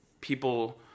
people